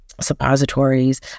suppositories